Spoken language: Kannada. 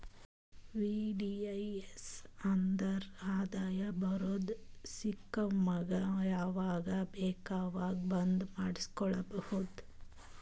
ವಿ.ಡಿ.ಐ.ಎಸ್ ಅಂದುರ್ ಆದಾಯ ಬರದ್ ಸ್ಕೀಮಗ ಯಾವಾಗ ಬೇಕ ಅವಾಗ್ ಬಂದ್ ಮಾಡುಸ್ಬೋದು